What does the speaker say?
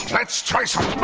lets try some.